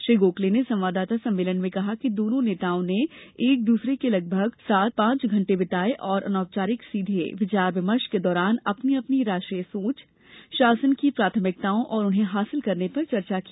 श्री गोखले ने संवाददाता सम्मेलन में कहा कि दोनों नेताओं ने एक दूसरे के साथ लगभग पांच घंटे बिताए और अनौपचारिक सीधे विचार विमर्श के दौरान अपनी अपनी राष्ट्रीय सोच शासन की प्राथमिकताओं और उन्हें हासिल करने पर चर्चा की